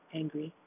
angry